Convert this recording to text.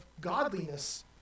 godliness